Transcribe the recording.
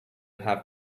have